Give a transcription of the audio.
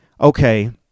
Okay